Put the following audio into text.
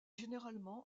généralement